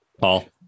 Paul